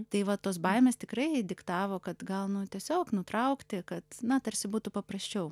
tai va tos baimės tikrai diktavo kad gal nu tiesiog nutraukti kad na tarsi būtų paprasčiau